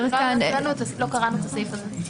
עוד לא קראנו את הסעיף הזה.